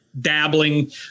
dabbling